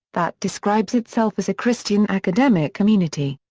that describes itself as a christian academic community.